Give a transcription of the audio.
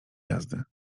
jazdy